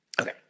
Okay